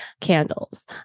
candles